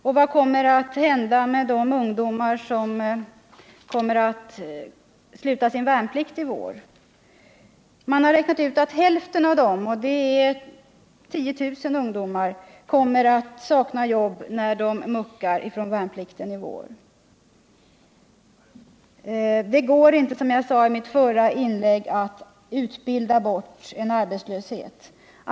Och vad kommer att hända med de ungdomar som slutar sin värnplikt i vår? Man har räknat ut att hälften av dem — och det är 10 000 ungdomar — kommer att sakna jobb när de muckar i vår. Det går, som jag sade i mitt förra inlägg, inte att utbilda bort arbetslöshet.